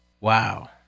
Wow